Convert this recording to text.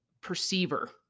perceiver